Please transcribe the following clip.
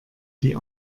die